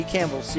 Campbell